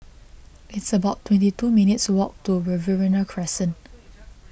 it's about twenty two minutes' walk to Riverina Crescent